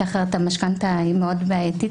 כי אחרת המשכנתה היא מאוד בעייתית,